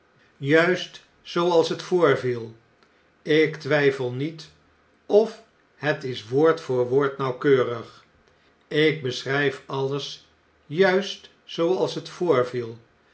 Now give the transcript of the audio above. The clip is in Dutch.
juist zooals het voorviel ik twjjfel niet of het is woord voor woord nauwkeurig ik beschrgf alles juist zooals het voorviel